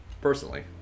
Personally